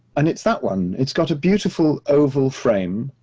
and it's that one, it's got a beautiful oval frame,